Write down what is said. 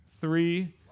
three